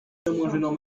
rue